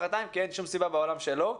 מחרתיים כי אין שום סיבה בעולם שלא.